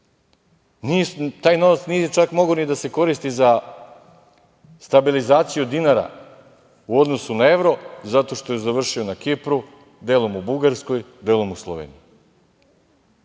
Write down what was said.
Taj novac nije čak mogao ni da se koristi za stabilizaciju dinara u odnosu na evro, zato što je završio na Kipru, delom u Bugarskoj, delom u Sloveniji. Ali,